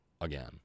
again